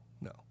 no